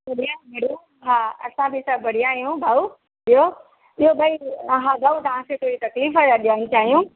hello हा असां बि सभु बढ़िया आहियूं भाऊ ॿियो ॿियो भई हा भाऊ तव्हांखे थोरी तकलीफ़ु था ॾियणु चाहियूं